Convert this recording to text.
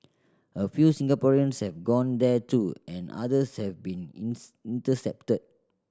a few Singaporeans have gone there too and others have been intercepted